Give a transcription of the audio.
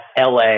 LA